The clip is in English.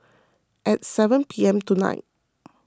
at seven P M tonight